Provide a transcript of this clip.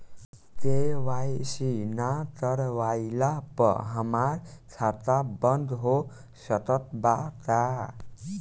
KYC ना करवाइला पर हमार खाता बंद हो सकत बा का?